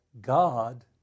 God